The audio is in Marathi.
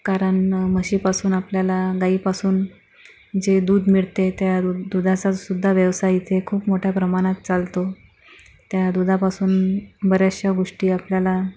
कारण म्हशीपासून आपल्याला गाईपासून जे दूध मिळते त्या दुधाचा सुद्धा व्यवसाय इथे खूप मोठ्या प्रमाणात चालतो त्या दुधापासून बऱ्याचशा गोष्टी आपल्याला